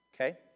Okay